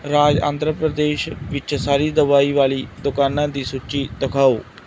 ਰਾਜ ਆਂਧਰਾ ਪ੍ਰਦੇਸ਼ ਵਿੱਚ ਸਾਰੀ ਦਵਾਈ ਵਾਲੀ ਦੁਕਾਨਾਂ ਦੀ ਸੂਚੀ ਦਿਖਾਓ